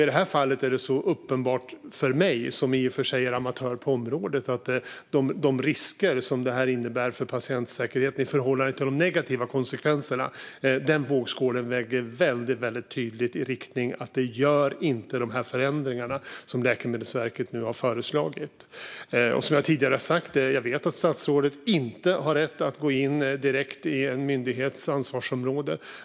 I det här fallet är det uppenbart för mig, som i och för sig är amatör på området, att fördelarna med de förändringar som Läkemedelsverket nu har föreslagit inte väger tillräckligt tungt i vågskålen när det gäller risker för patientsäkerheten och andra negativa konsekvenser. Som jag tidigare har sagt vet jag att statsrådet inte har rätt att gå in direkt i en myndighets ansvarsområde.